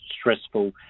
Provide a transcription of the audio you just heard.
stressful